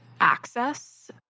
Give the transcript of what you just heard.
access